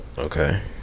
Okay